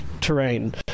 terrain